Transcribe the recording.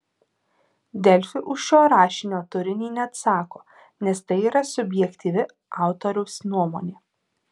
delfi už šio rašinio turinį neatsako nes tai yra subjektyvi autoriaus nuomonė